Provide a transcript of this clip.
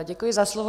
Děkuji za slovo.